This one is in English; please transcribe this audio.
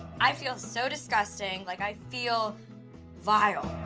i feel so disgusting. like i feel vile